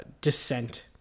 descent